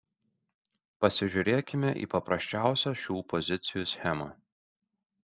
pasižiūrėkime į paprasčiausią šių pozicijų schemą